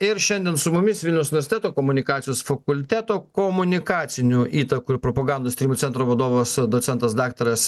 ir šiandien su mumis vilniaus universiteto komunikacijos fakulteto komunikacinių įtakų ir propagandos tyrimų centro vadovas docentas daktaras